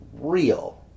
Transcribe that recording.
real